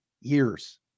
years